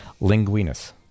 Linguinus